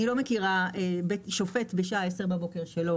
אני לא מכירה שופט בשעה 10 בבוקר שלא